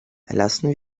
erlassen